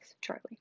Charlie